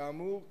כאמור,